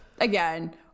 again